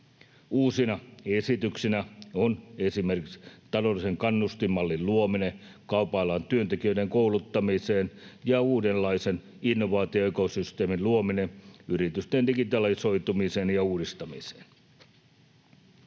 Uusina esityksinä on esimerkiksi taloudellisen kannustinmallin luominen kaupan alan työntekijöiden kouluttautumiseen ja uudenlaisen innovaatioekosysteemin luominen yritysten digitalisoitumiseen ja uudistumiseen.